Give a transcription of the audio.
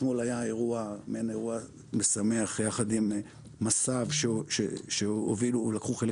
אתמול היה מעין אירוע משמח יחד עם מס"ב שלקחו חלק